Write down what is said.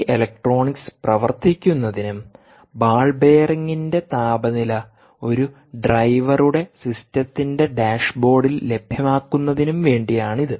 ഈ ഇലക്ട്രോണിക്സ് പ്രവർത്തിക്കുന്നതിനും ബാൾ ബെയറിംഗിന്റെ താപനില ഒരു ഡ്രൈവറുടെ സിസ്റ്റത്തിന്റെ ഡാഷ്ബോർഡിൽ ലഭ്യമാക്കുന്നതിനും വേണ്ടിയാണിത്